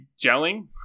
gelling